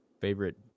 favorite